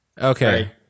Okay